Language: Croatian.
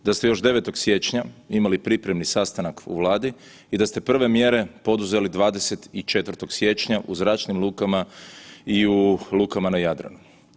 Da ste još 9. Siječnja imali pripremni sastanak u Vladi i da ste prve mjere poduzeli 24. siječnja u zračnim lukama i u lukama na Jadranu.